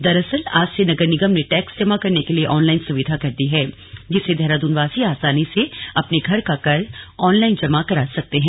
दरअसल आज से नगर निगम ने टैक्स जमा करने के लिए ऑनलाइन सुविधा कर दी है जिससे देहराद्नवासी आसानी से अपने घर का कर ऑनलाइन जमा कर सकते हैं